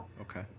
Okay